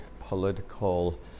political